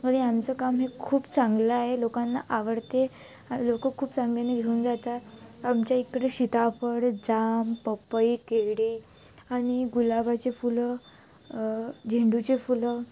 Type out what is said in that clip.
मग आमचं काम हे खूप चांगलं आहे लोकांना आवडते लोकं खूप चांगल्याने घेऊन जातात आमच्या इकडे सीतापळ जाम पपई केळी आणि गुलाबाचे फुलं झेंडूचे फुलं